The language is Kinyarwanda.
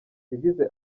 yagize